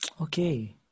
Okay